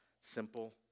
simple